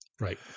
Right